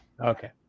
Okay